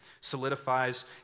solidifies